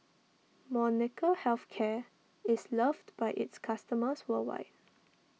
Molnylcke Health Care is loved by its customers worldwide